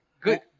good